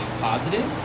positive